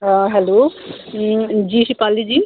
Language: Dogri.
आं हैलो जी शिपाली जी